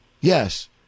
Yes